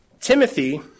Timothy